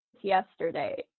yesterday